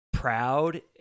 Proud